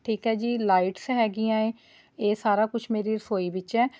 ਠੀਕ ਹੈ ਜੀ ਲਾਈਟਸ ਹੈਗੀਆਂ ਏ ਇਹ ਸਾਰਾ ਕੁਛ ਮੇਰੀ ਰਸੋਈ ਵਿੱਚ ਹੈ